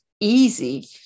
easy